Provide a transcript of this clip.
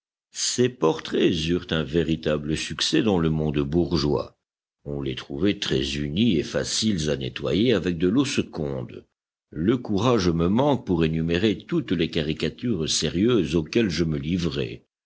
ces portraits eurent un véritable succès dans le monde bourgeois on les trouvait très unis et faciles à nettoyer avec de l'eau seconde le courage me manque pour énumérer toutes les caricatures sérieuses auxquelles je me livrai